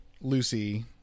Lucy